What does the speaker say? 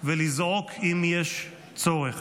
ולזעוק אם יש צורך,